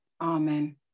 amen